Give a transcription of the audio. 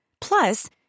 Plus